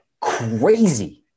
crazy